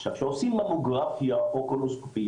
עכשיו כשעושים ממוגרפיה או קולונסקופיה